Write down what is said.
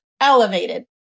elevated